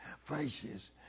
faces